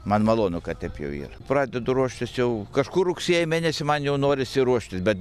man malonu kad taip jau yra pradedu ruoštis jau kažkur rugsėjo mėnesį man jau norisi ruoštis bet